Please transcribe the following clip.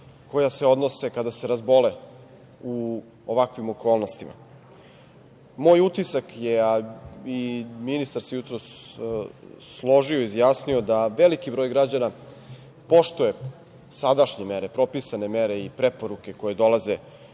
koja se odnose na to kada se razbole u ovakvim okolnostima. Moj utisak je, a i ministar se jutros složio i izjasnio da veliki broj građana poštuje sadašnje mere, propisane mere i preporuke koje dolaze